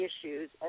issues